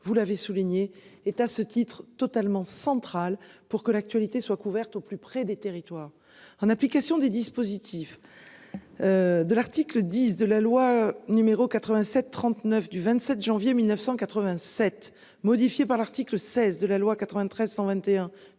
vous l'avez souligné, est à ce titre totalement central pour que l'actualité soit couverte au plus près des territoires en application des dispositifs. De l'article 10 de la loi numéro 87 39 du 27 janvier 1987, modifié par l'article 16 de la loi 93 121